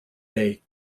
day